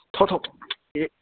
थो थो ये